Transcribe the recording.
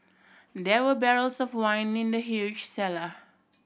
there were barrels of wine in the huge cellar